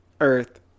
Earth